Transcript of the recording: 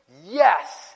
yes